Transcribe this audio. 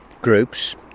groups